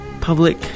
public